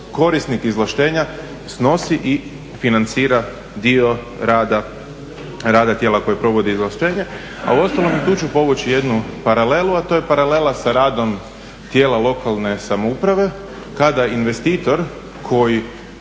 korisnik izvlaštenja snosi i financira dio rada tijela koje provodi izvlaštenje. A u ostalom tu ću povući jednu paralelu, a to je paralela sa radom tijela lokalne samouprave kada investitor koji